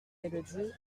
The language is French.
élodie